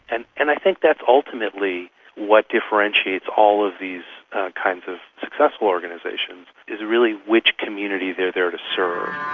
and and i think that's ultimately what differentiates all of these kinds of successful organisations, is really which community they are there to serve.